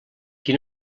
qui